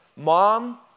Mom